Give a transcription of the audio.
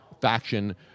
faction